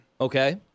Okay